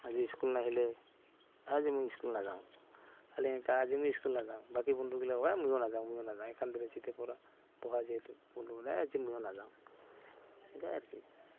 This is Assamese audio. আজি স্কুল নাহিলে আজি মই স্কুল নাযাওঁ খালি সেনকা আজি মই স্কুল নাযাওঁ বাকী বন্ধুগিলা ক'ব এই ময়ো নাযাওঁ ময়ো নাযাওঁ এখান বেঞ্চিতে বহা যিহেতু বন্ধুগিলা এই আজি ময়ো নাযাওঁ সেনকেই আৰু